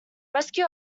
rescue